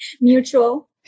Mutual